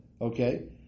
okay